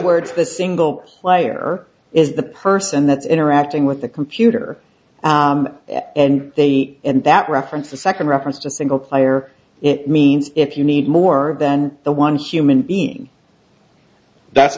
the single player is the person that's interacting with the computer and they and that reference the second reference to single player it means if you need more than the one human being that